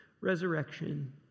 resurrection